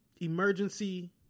Emergency